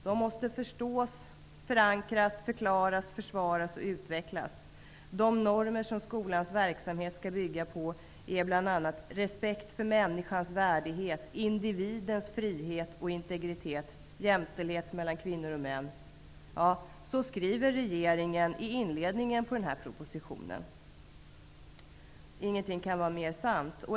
De måste förstås, förankras, förklaras, försvaras och utvecklas. De normer som skolans verksamhet ska bygga på är -- respekt för människans värdighet, individens frihet och integritet, jämställdhet mellan kvinnor och män --''. Så skriver regeringen i inledningen till proposition 1992/93:220. Ingenting kan vara mera sant.